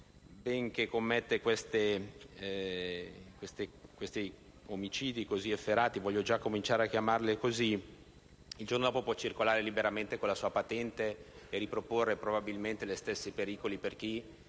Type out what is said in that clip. benché abbia commesso omicidi così efferati - voglio già iniziare a chiamarli così - il giorno dopo può circolare liberamente con la sua patente e riproporre probabilmente gli stessi pericoli a chi,